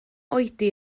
oedi